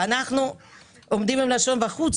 ואנחנו עומדים עם הלשון בחוץ,